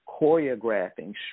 choreographing